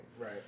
Right